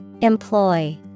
Employ